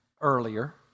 earlier